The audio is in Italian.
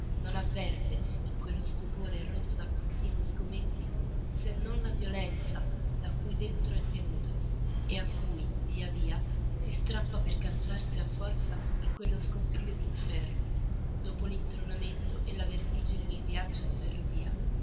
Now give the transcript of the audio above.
non avverte in quello stupore rotto da continui sgomenti se non la violenza da cui dentro è tenuta e a cui via via si strappa per cacciarsi a forza in quello scompiglio d'inferno dopo l'intronamento e la vertigine del viaggio in ferrovia